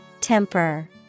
Temper